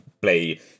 play